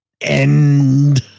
End